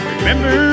Remember